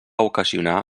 ocasionar